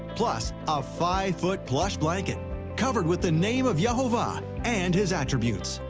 plus a five foot plush blanket covered with the name of yehovah and his attributes.